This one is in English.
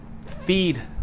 feed